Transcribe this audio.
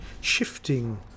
shifting